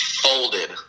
folded